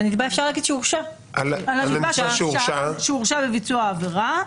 אפשר להגיד "על הנתבע שהורשע בביצוע עבירה".